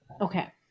okay